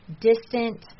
distant